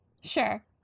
Sure